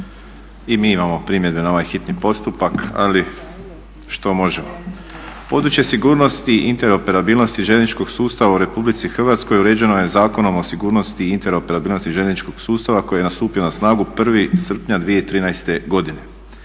i mi imamo primjedbe na ovaj hitni postupak, ali što možemo Područje sigurnosti i interoperabilnosti željezničkog sustava u Republici Hrvatskoj uređeno je Zakonom o sigurnosti i interoperabilnosti željezničkog sustava koji je stupio na snagu 1. srpnja 2013. godine.